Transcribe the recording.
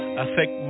affect